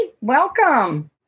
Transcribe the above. welcome